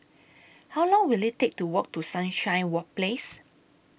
How Long Will IT Take to Walk to Sunshine Work Place